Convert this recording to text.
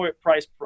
price